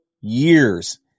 years